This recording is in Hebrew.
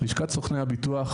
לשכת סוכני הביטוח